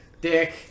Dick